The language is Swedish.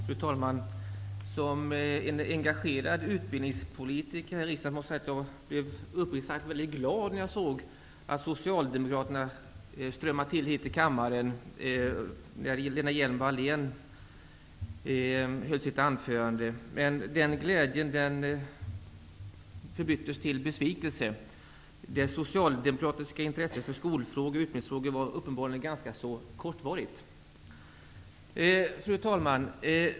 Fru talman! Som engagerad utbildningspolitiker i riksdagen blev jag uppriktigt sagt mycket glad när jag såg socialdemokraterna strömma till kammaren när Lena Hjelm-Wallén höll sitt anförande. Men den glädjen förbyttes i besvikelse. Det socialdemokratiska intresset för skolfrågor och utbildningsfrågor var uppenbarligen ganska kortvarigt. Fru talman!